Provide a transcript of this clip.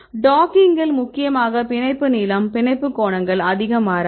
டாக்கிங்கில் முக்கியமாக பிணைப்பு நீளம் பிணைப்பு கோணங்கள் அதிகம் மாறாது